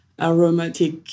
aromatic